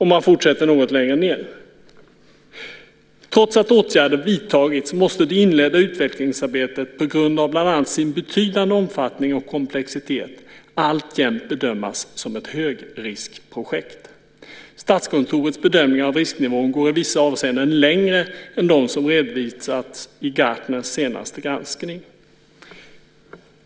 Man fortsätter något längre fram: "Trots att åtgärder vidtagits måste det inledda utvecklingsarbetet på grund av bl.a. sin omfattning och komplexitet alltjämt bedömas som ett högriskprojekt. Statskontorets bedömningar av risknivån går i vissa avseenden längre än de som redovisas i Gartners senaste granskning."